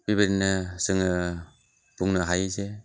बिबादिनो जोङो बुंनो हायो जे